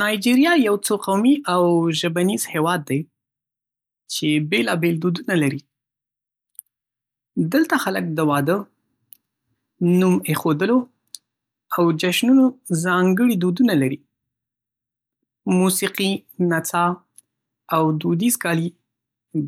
نایجیریا یو څو قومي او ژبنیز هیواد دی چې بېلابېل دودونه لري. دلته خلک د واده، نوم ایښودلو او جشنونو ځانګړي دودونه لري. موسیقي، نڅا، او دودیز کالي